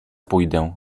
pójdę